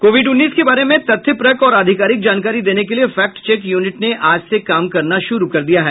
Covid उन्नीस के बारे में तथ्यपरक और आधिकारिक जानकारी देने के लिए फैक्ट चेक यूनिट ने आज से काम करना शुरू कर दिया है